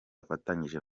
afatanyije